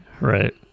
Right